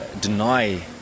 deny